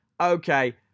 Okay